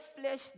flesh